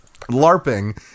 larping